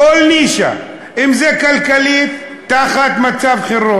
הוא גם מקבל זמן כפול